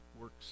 works